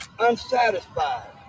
unsatisfied